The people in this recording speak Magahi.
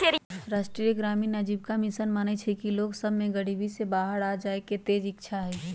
राष्ट्रीय ग्रामीण आजीविका मिशन मानइ छइ कि लोग सभ में गरीबी से बाहर आबेके तेज इच्छा हइ